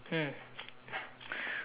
mm